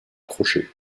crochets